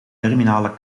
terminale